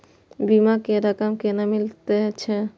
बीमा के रकम केना मिले छै?